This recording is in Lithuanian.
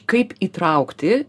kaip įtraukti